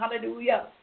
Hallelujah